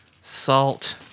salt